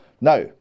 Now